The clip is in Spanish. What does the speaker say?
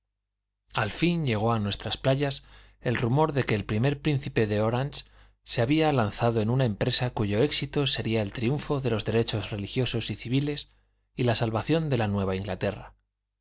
al fin llegó a nuestras playas el rumor de que el primer príncipe de orange se había lanzado en una empresa cuyo éxito sería el triunfo de los derechos religiosos y civiles y la salvación de la nueva inglaterra